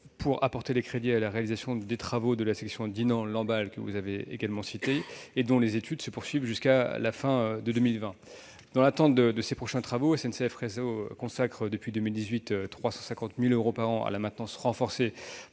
pour apporter les crédits nécessaires à la réalisation des travaux de la section Dinan-Lamballe, que vous avez également citée et dont les études se poursuivent jusqu'à la fin de 2020. Dans l'attente de ces prochains travaux, SNCF Réseau consacre depuis 2018 une somme de 350 000 euros par an à la maintenance renforcée